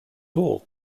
all